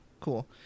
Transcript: Cool